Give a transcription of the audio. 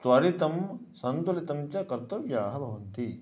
त्वरितं सन्तुलितं च कर्तव्याः भवन्ति